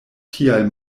tial